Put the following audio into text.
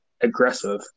aggressive